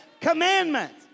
commandments